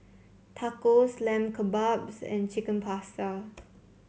Tacos Lamb Kebabs and Chicken Pasta